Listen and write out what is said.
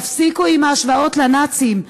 תפסיקו עם ההשוואות לנאצים,